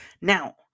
now